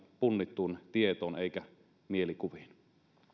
punnittuun tietoon eikä mielikuviin